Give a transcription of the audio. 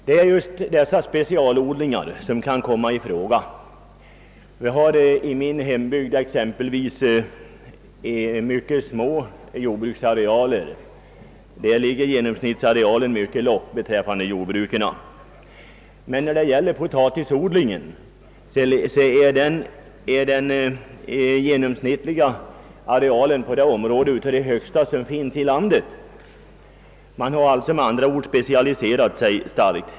Det är just specialodlingar som på sådana platser kan komma i fråga för försöksverksamhet. I min hembygd är jordbruksarealerna i genomsnitt små. När det gäller potatisodlingen är emellertid den genomsnittliga arealen bland vårt lands största. Man har med andra ord specialiserat sig starkt.